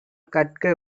கற்க